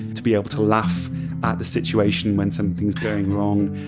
to be able to laugh at the situation when something's going wrong.